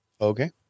Okay